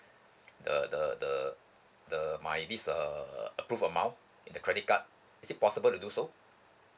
the the the the my this err approved amount in the credit card is it possible to do so